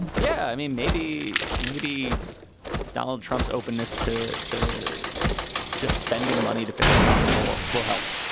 yeah i mean, maybe maybe donald trump's openness to to just spending money to fix a problem will will help.